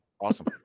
Awesome